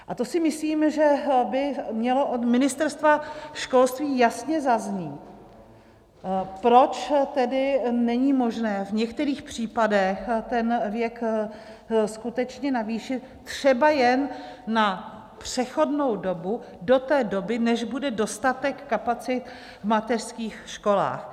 A to si myslím, že by mělo od Ministerstva školství jasně zaznít, proč tedy není možné v některých případech ten věk skutečně navýšit třeba jen na přechodnou dobu, do té doby, než bude dostatek kapacit v mateřských školách.